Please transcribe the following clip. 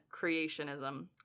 creationism